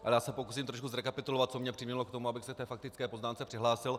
Ale já se pokusím trošku zrekapitulovat, co mě přimělo k tomu, abych se k té faktické poznámce přihlásil.